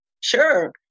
sure